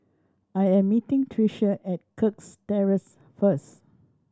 I am meeting Tricia at Kirk Terrace first